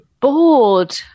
bored